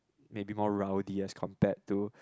maybe more rowdy as compared to